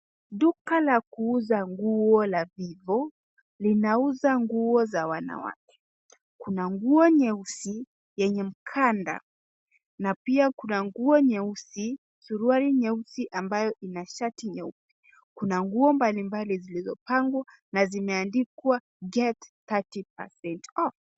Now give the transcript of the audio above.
Duka la kuuza nguo la Vivo, linauza nguo za wanawake. Kuna nguo nyeusi yenye mkanda na pia kuna nguo nyeusi suruali nyeusi ambayo ina shati nyeupe. kuna nguo mbalimbali zilizopangwa na zimeandikwa get 30% off .